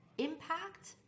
impact